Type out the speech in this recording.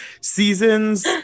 seasons